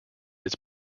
its